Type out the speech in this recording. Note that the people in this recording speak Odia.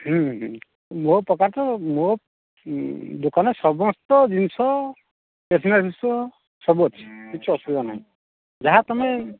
ହୁଁ ହୁଁ ମୋ ପାଖରେ ତ ମୋ ଦୋକାନରେ ସମସ୍ତ ଜିନିଷ ଷ୍ଟେସନାରୀ ଜିନିଷ ସବୁ ଅଛି କିଛି ଅସୁବିଧା ନାହିଁ ଯାହା ତୁମେ